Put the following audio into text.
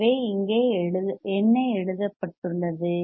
எனவே இங்கே என்ன எழுதப்பட்டுள்ளது